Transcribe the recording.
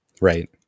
Right